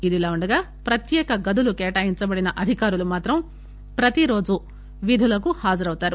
ఇదిలా వుండగా ప్రత్యేక గదులు కేటాయించబడిన అధికారులు ప్రతిరోజూ విధులకు హాజరవుతారు